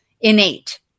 innate